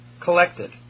collected